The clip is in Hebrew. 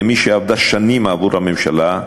כמי שעבדה שנים בעבור הממשלה,